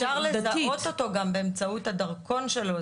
אפשר לזהות אותו גם באמצעות הדרכון שלו.